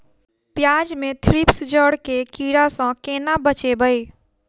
प्याज मे थ्रिप्स जड़ केँ कीड़ा सँ केना बचेबै?